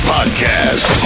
Podcast